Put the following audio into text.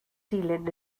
dilyn